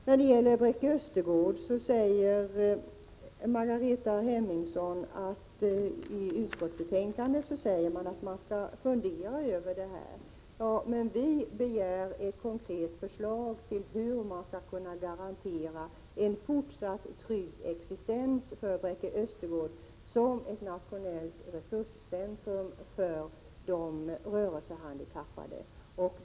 När det gäller Bräcke Östergård hänvisar Margareta Hemmingsson till att det i utskottsbetänkandet står att man skall fundera över detta. Ja, men vi begär ett konkret förslag hur man skall kunna garantera en fortsatt trygg existens för Bräcke Östergård som ett nationellt resurscentrum för de 155 rörelsehandikappade.